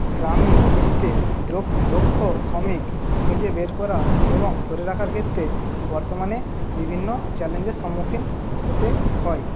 গ্রামীণ কৃষিতে দক্ষ শ্রমিক খুঁজে বের করা এবং ধরে রাখার ক্ষেত্রে বর্তমানে বিভিন্ন চ্যালেঞ্জের সম্মুখীন হতে হয়